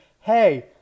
hey